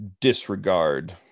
disregard